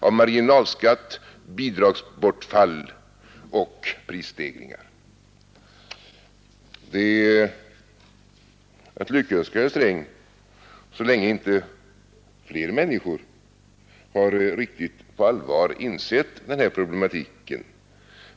— av marginalskatt, bidragsbortfall och prisstegringar. Det är att lyckönska herr Sträng så länge inte fler människor har riktigt på allvar insett den här problematiken.